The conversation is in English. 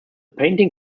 painting